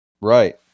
Right